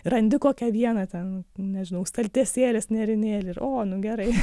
randi kokią vieną ten nežinau staltiesėlės nerinėli o nu gerai